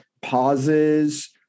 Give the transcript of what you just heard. pauses